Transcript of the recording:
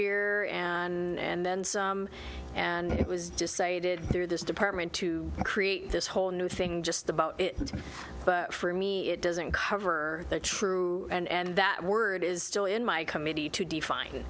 year and then some and it was decided through this department to create this whole new thing just about it but for me it doesn't cover the true and that word is still in my committee to define